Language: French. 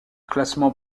classement